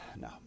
No